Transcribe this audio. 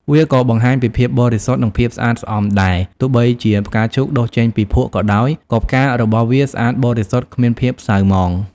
វាក៏បង្ហាញពីភាពបរិសុទ្ធ និងភាពស្អាតស្អំដែរ ទោះបីជាផ្កាឈូកដុះចេញពីភក់ក៏ដោយ ក៏ផ្ការបស់វាស្អាតបរិសុទ្ធគ្មានភាពសៅហ្មង។